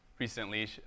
Recently